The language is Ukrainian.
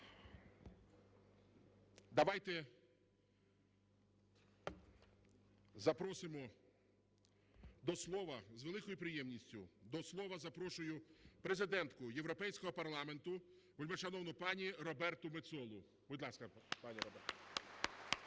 давайте запросимо до слова з великою приємністю, до слова запрошую Президентку Європейського парламенту вельмишановну пані Роберту Мецолу, будь ласка. (Оплески)